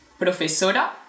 profesora